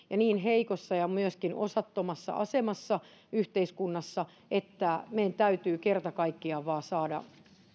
ja niin heikossa ja myöskin osattomassa asemassa yhteiskunnassa että meidän täytyy kerta kaikkiaan vain saada